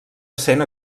essent